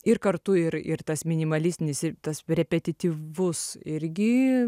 ir kartu ir ir tas minimalistinis ir tas repetityvus irgi